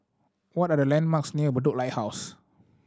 what are the landmarks near Bedok Lighthouse